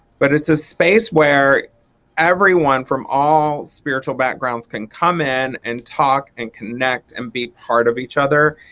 but it's a space where everyone from all spiritual backgrounds can come in and talk and connect and be part of each other.